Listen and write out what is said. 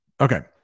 okay